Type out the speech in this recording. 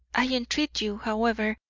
i entreat you, however,